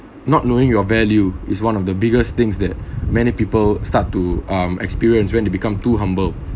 not knowing your value is one of the biggest things that many people start to um experience when they become too humble